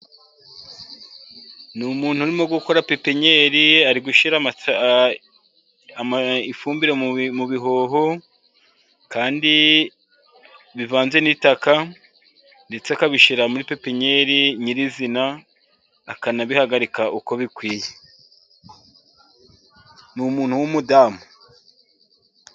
Ni umuntu urimo gukora pepenyeri, ari gushyira ifumbire mu bihoho kandi bivanze n'itaka ndetse akabishyira muri pepenyeri nyirizina akanabihagarika uko bikwiye n'umuntu w'umudamu.